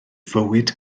fywyd